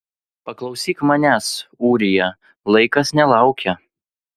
paklausyk manęs ūrija laikas nelaukia